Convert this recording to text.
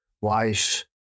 wife